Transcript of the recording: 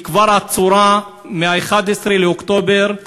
כבר עצורה מ-11 באוקטובר,